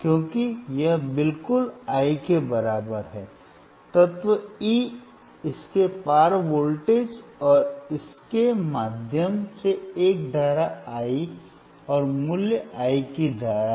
क्योंकि यह बिल्कुल I के बराबर है तत्व E इसके पार वोल्टेज और इसके माध्यम से एक धारा I और मूल्य I की धारा